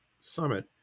summit